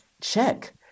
check